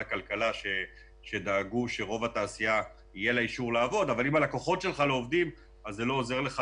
הכלכלה שדאגו שלרוב התעשייה יהיה אישור לעבוד אז זה לא עוזר לך.